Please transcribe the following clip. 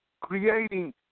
creating